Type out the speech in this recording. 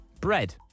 bread